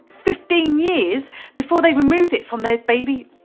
fifteen years before they removed it from their baby